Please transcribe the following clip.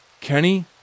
Kenny